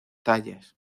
tallas